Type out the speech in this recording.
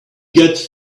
gets